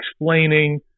explaining